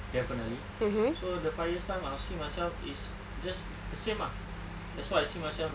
definitely so the five years' time I'll see myself is just same ah as what I see myself now